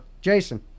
Jason